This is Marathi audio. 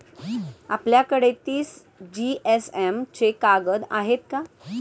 आपल्याकडे तीस जीएसएम चे कागद आहेत का?